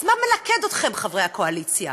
אז מה מלכד אתכם, חברי הקואליציה,